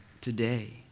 today